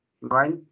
right